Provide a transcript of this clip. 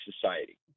society